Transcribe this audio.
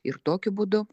ir tokiu būdu